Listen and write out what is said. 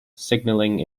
signalling